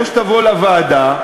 או שתבוא לוועדה,